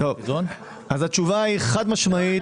התשובה היא חד משמעית-